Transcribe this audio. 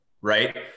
right